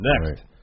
Next